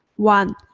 one.